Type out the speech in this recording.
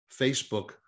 Facebook